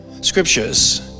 Scriptures